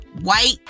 white